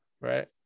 right